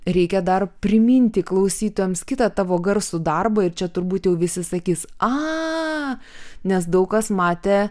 reikia dar priminti klausytojams kitą tavo garsų darbą ir čia turbūt jau visi sakys a nes daug kas matė